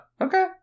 Okay